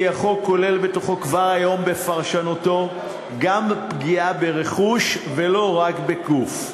כי החוק כולל בתוכו כבר היום בפרשנותו גם פגיעה ברכוש ולא רק בגוף.